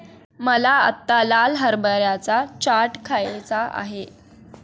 मला आत्ता लाल हरभऱ्याचा चाट खायचा आहे